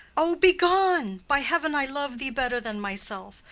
o, be gone! by heaven, i love thee better than myself,